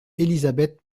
elisabeth